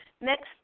Next